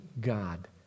God